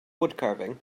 woodcarving